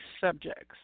subjects